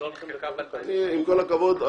עם כל הכבוד,